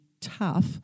tough